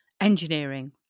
engineering